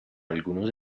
algunos